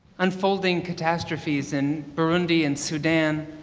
unfolding catastrophies in burundi and sudan,